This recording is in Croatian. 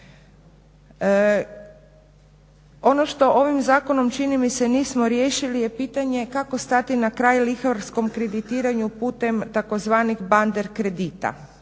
Ono što ovim zakonom čini mi se nismo riješili je pitanje kako stati na kraj lihvarskom kreditiranju putem tzv. bander kredita,